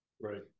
Right